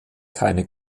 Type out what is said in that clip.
keine